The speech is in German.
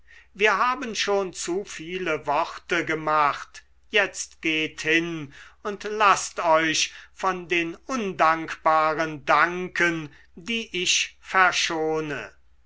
wir haben schon zu viel worte gemacht jetzt geht hin und laßt euch von den undankbaren danken die ich verschone